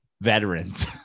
veterans